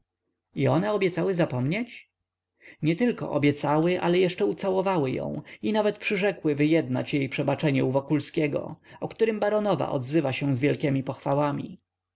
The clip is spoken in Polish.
i one obiecały zapomnieć nietylko obiecały ale jeszcze ucałowały ją i nawet przyrzekły wyjednać jej przebaczenie u wokulskiego o którym baronowa odzywa się z wielkiemi pochwałami